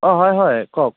অঁ হয় হয় কওক